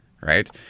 Right